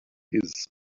his